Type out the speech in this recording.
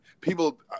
people